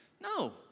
No